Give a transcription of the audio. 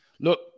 Look